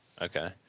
Okay